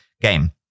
game